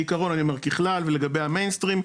בעיקרון אני אומר בכלל ולגבי המיינסטרים.